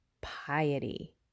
piety